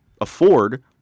afford